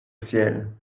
ciel